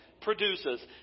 produces